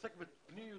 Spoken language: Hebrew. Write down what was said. אמרו שנשר מרוויחה.